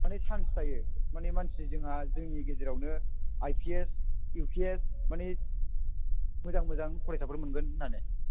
माने चानस जायो माने मानसि जोंहा जोंनि गेजेरावनो I P S U P S C माने मोजां मोजां फरायसाफोर मोनगोन होननानै